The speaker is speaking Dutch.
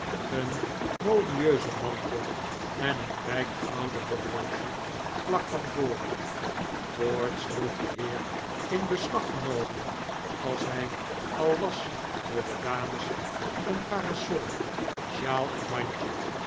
een modieuzen mantel en een rijk gouden horloge vlak van voren voorts droeg de heer in beslag genomen als hij al was door de dames een parasol sjaal en mandje